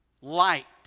light